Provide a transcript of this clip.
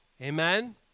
Amen